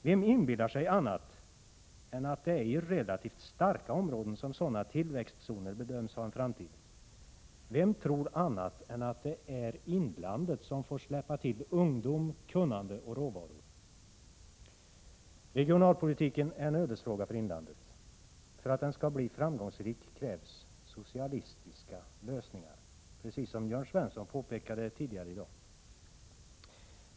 Vem inbillar sig annat än att det är i relativt starka områden som sådana tillväxtzoner bedöms ha en framtid? Vem tror annat än att det är inlandet som får släppa till ungdom, kunnande och råvaror? Regionalpolitiken är en ödesfråga för inlandet. För att den skall bli framgångsrik krävs socialistiska lösningar, precis som Jörn Svensson påpekade tidigare i dag.